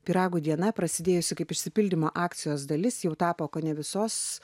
pyragų diena prasidėjusi kaip išsipildymo akcijos dalis jau tapo kone visos